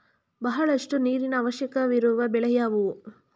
ಬಹಳಷ್ಟು ನೀರಿನ ಅವಶ್ಯಕವಿರುವ ಬೆಳೆ ಯಾವುವು?